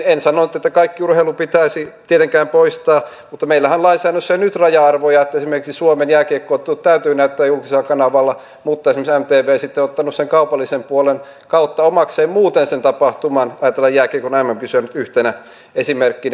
en sanonut että kaikki urheilu pitäisi tietenkään poistaa mutta meillähän on lainsäädännössä jo nyt raja arvoja että esimerkiksi suomen jääkiekko ottelut täytyy näyttää julkisella kanavalla mutta esimerkiksi mtv sitten on ottanut kaupallisen puolen kautta omakseen muuten sen tapahtuman ajatellen jääkiekon mm kisoja yhtenä esimerkkinä